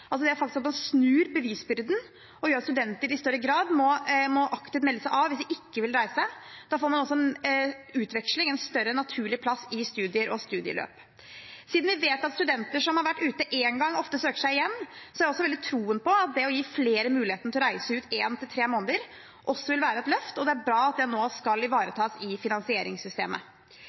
det at man snur bevisbyrden og gjør at studenter i større grad aktivt må melde seg av hvis de ikke vil reise. Da får utveksling en større naturlig plass i studier og studieløp. Siden vi vet at studenter som har vært ute én gang, ofte søker igjen, har jeg veldig tro på at det å gi flere muligheten til å reise ut i én til tre måneder også vil være et løft, og det er bra at det nå skal ivaretas i finansieringssystemet.